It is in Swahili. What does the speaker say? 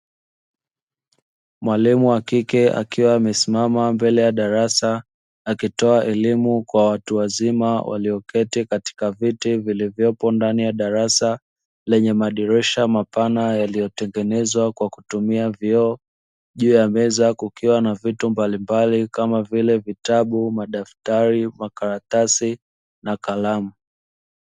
Mwalimu wa kike akiwa amesimama mbele ya darasa akitoa elimu kwa watu wazima walioketi katika viti vilivyopo ndani ya darasa lenye madirisha mapana yaliyotengenezwa kwa kutumia vioo juu ya meza kukiwa na vitu mbalimbali kama vile vitabu madaftari makaratasi na kalamu.